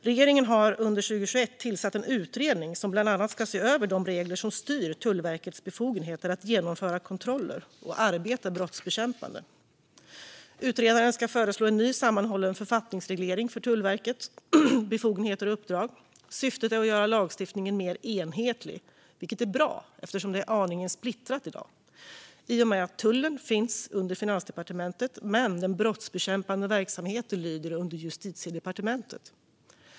Regeringen har under 2021 tillsatt en utredning som bland annat ska se över de regler som styr Tullverkets befogenheter att genomföra kontroller och arbeta brottsbekämpande. Utredaren ska föreslå en ny sammanhållen författningsreglering för Tullverkets befogenheter och uppdrag. Syftet är att göra lagstiftningen mer enhetlig, vilket är bra. I dag är det aningen splittrat, eftersom tullen finns under Finansdepartementet medan den brottsbekämpande verksamheten lyder under Justitiedepartementet.